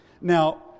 Now